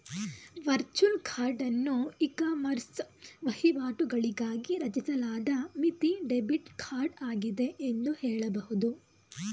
virtual ಕಾರ್ಡನ್ನು ecommerce ವಹಿವಾಟುಗಳಿಗಾಗಿ ರಚಿಸಲಾದ ಮಿತಿ ಡೆಬಿಟ್ ಕಾರ್ಡ್ ಆಗಿದೆ ಎಂದು ಹೇಳಬಹುದು